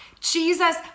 Jesus